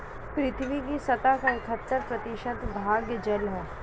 पृथ्वी की सतह का इकहत्तर प्रतिशत भाग जल है